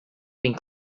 been